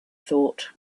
thought